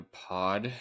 pod